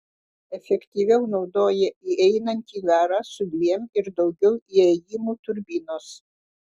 efektyviau naudoja įeinantį garą su dviem ir daugiau įėjimų turbinos